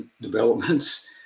developments